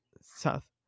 south